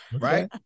Right